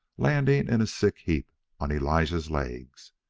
landing in a sick heap on elijah's legs.